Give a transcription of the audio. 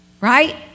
Right